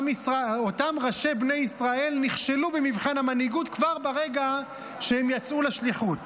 אותם ראשי בני ישראל נכשלו במבחן המנהיגות כבר ברגע שהם יצאו לשליחות.